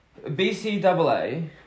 BCAA